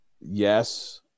yes